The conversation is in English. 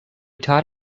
taught